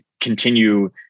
continue